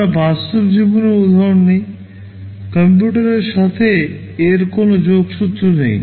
আমরা বাস্তব জীবনের উদাহরণ নিই কম্পিউটারের সাথে এর কোনও যোগসূত্র নেই